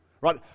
right